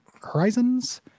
Horizons